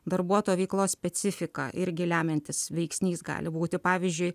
darbuotojo veiklos specifiką irgi lemiantis veiksnys gali būti pavyzdžiui